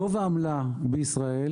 גובה העמלה בישראל,